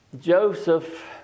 Joseph